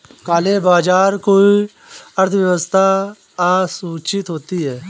काले बाजार की अर्थव्यवस्था असूचित होती है